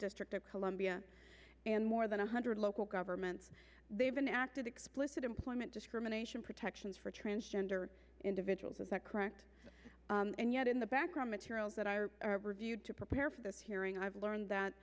district of columbia and more than one hundred local governments they've been active explicit employee discrimination protections for transgender individuals is that correct and yet in the background materials that are reviewed to prepare for this hearing i've learned that